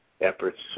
efforts